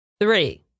Three